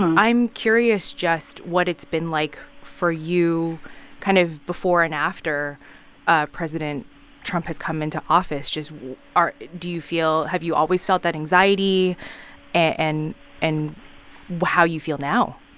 i'm curious just what it's been like for you kind of before and after ah president trump has come into office. just are do you feel have you always felt that anxiety and and how you feel now?